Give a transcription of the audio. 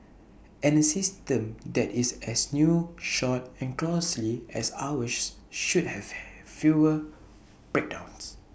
and A system that is as new short and costly as ours should have fewer breakdowns